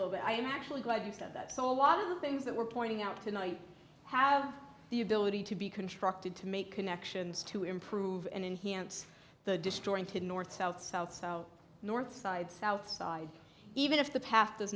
little bit i am actually glad you said that so a lot of things that we're pointing out tonight have the ability to be constructed to make connections to improve and enhance the disjointed north south south south north side south side even if the pa